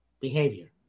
behavior